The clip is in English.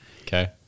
Okay